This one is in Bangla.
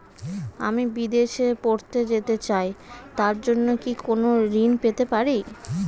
আমি বিদেশে পড়তে যেতে চাই তার জন্য কি কোন ঋণ পেতে পারি?